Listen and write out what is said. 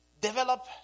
develop